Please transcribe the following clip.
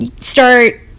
start